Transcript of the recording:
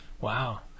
Wow